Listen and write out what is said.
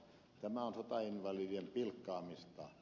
tämä on sotainvalidien pilkkaamista